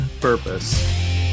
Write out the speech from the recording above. purpose